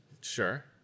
Sure